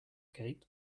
gate